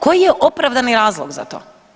Koji je opravdani razlog za to?